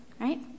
right